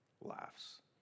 laughs